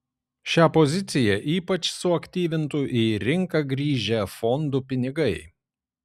šią poziciją ypač suaktyvintų į rinką grįžę fondų pinigai